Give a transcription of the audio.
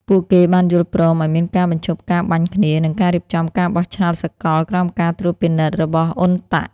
ពួកគេបានយល់ព្រមឱ្យមានការបញ្ឈប់ការបាញ់គ្នា និងការរៀបចំការបោះឆ្នោតសកលក្រោមការត្រួតពិនិត្យរបស់អ៊ុនតាក់ (UNTAC)។